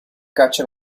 caccia